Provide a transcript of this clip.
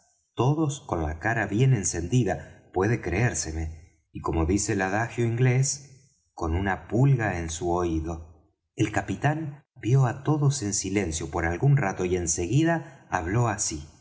todos con la cara bien encendida puede creérseme y como dice el adagio inglés con una pulga en su oído el capitán vió á todos en silencio por algún rato y en seguida habló así